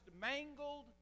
mangled